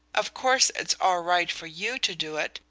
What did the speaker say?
of course it's all right for you to do it,